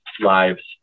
lives